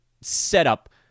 setup